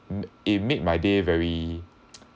made it made my day very